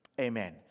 Amen